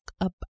up